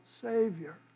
Savior